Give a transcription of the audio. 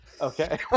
Okay